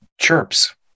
chirps